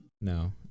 no